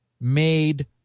made